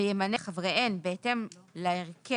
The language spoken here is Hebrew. וימנה את חבריהן בהתאם להרכב,